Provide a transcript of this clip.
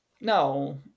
No